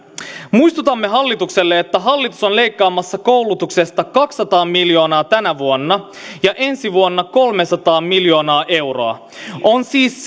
muistutamme hallitusta että hallitus on leikkaamassa koulutuksesta kaksisataa miljoonaa tänä vuonna ja ensi vuonna kolmesataa miljoonaa euroa on siis